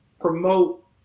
promote